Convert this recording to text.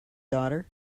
daughter